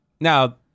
Now